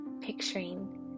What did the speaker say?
picturing